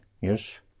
yes